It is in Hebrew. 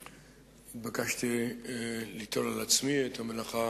התבקשתי ליטול על עצמי את המלאכה